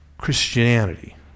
Christianity